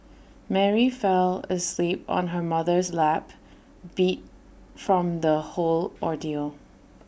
Mary fell asleep on her mother's lap beat from the whole ordeal